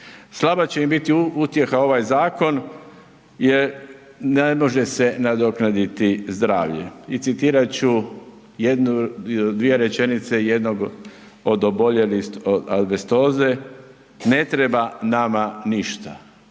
Slaba će im biti utjeha ovaj zakon jer ne može se nadoknaditi zdravlje i citirat ću jednu, dvije rečenice jednog od oboljelih od azbestoze, ne treba nama ništa,